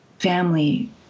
family